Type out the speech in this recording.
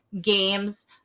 games